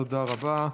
תודה רבה.